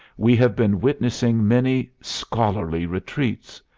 we have been witnessing many scholarly retreats,